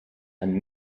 and